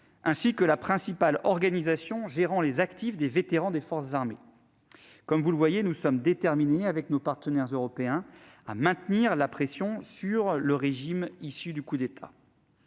ainsi que la principale organisation gérant les actifs des vétérans des forces armées. Comme vous le voyez, nous sommes déterminés, avec nos partenaires européens, à maintenir la pression sur le régime issu du coup d'État.